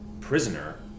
prisoner